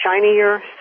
shinier